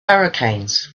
hurricanes